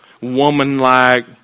woman-like